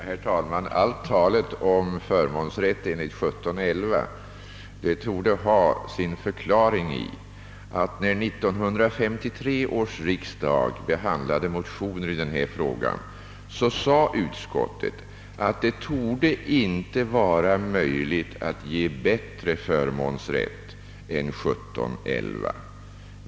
Herr talman! Allt tal om förmånsrätt enligt 17:11 torde ha sin förklaring i att när 1953 års riksdag behandlade motioner i denna fråga sade utskottet, att det torde inte vara möjligt att ge bättre förmånsrätt än enligt 17:11.